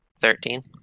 Thirteen